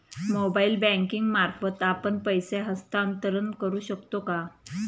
Mobile banking मार्फत आपण पैसे हस्तांतरण करू शकतो का?